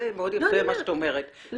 זה מאוד יפה מה שאת אומרת,